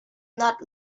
not